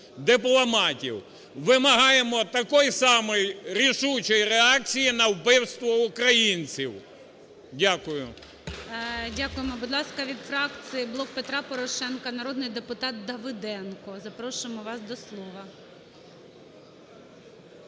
дипломатів. Вимагаємо такої самої рішучою реакції на вбивство українців. Дякую. ГОЛОВУЮЧИЙ. Дякуємо. Будь ласка, від фракції "Блок Петра Порошенка" народний депутат Давиденко. Запрошуємо вас до слова.